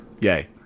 yay